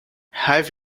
have